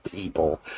people